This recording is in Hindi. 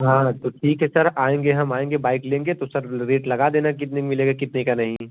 हाँ तो ठीक है सर आएँगे हम आएँगे बाइक लेंगे तो सर रेट लगा देना कितने में मिलेगा कितने का नहीं